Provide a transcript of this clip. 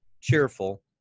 cheerful